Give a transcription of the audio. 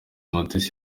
mutesi